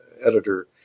editor